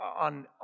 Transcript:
on